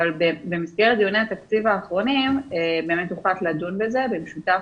במסגרת דיוני התקציב האחרונים הוחלט לדון בזה במשותף,